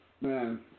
Man